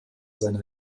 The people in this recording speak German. seiner